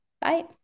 Bye